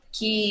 Que